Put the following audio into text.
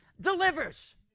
delivers